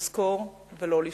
לזכור ולא לשכוח.